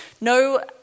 no